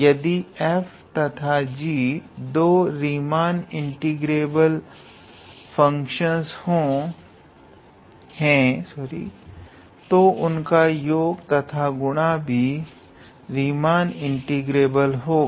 यदि f तथा g दो रीमान इंटीग्रेबल फंक्शनस है तो उनका योग तथा गुणा भी रीमान इंटीग्रेबल होगा